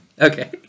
Okay